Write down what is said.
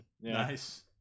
Nice